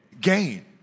Gain